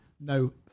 No